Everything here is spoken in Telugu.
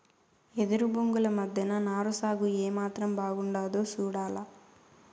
ఎదురు బొంగుల మద్దెన నారు సాగు ఏమాత్రం బాగుండాదో సూడాల